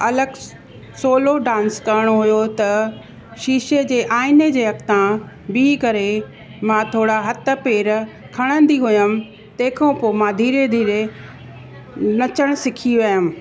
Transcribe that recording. अलॻि सहुलो डांस करिणो हुयो त शीशे जे आइने जे अॻितां बि करे मां थोरा हथ पैर खणंदी हुयमि तंहिंखां पोइ मां धीरे धीरे नचणु सिखी वयमि